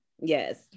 yes